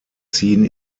ziehen